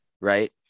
Right